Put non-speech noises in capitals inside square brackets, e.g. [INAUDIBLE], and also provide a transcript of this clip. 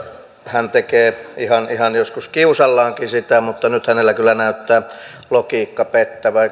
hän tekee joskus ihan kiusallaankin sitä mutta nyt hänellä kyllä näyttää logiikka pettävän [UNINTELLIGIBLE]